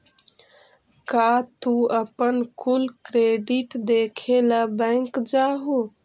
का तू अपन कुल क्रेडिट देखे ला बैंक जा हूँ?